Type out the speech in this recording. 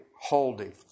holding